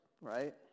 right